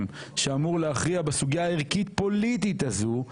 שאמור להכריע בסוגיה הערכית פוליטית הזו,